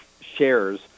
shares